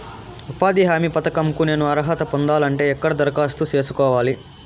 ఉపాధి హామీ పథకం కు నేను అర్హత పొందాలంటే ఎక్కడ దరఖాస్తు సేసుకోవాలి?